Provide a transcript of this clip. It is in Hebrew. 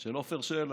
של עפר שלח,